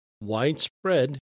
widespread